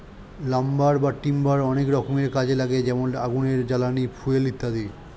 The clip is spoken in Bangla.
লাম্বার বা টিম্বার অনেক রকমের কাজে লাগে যেমন আগুনের জ্বালানি, ফুয়েল ইত্যাদি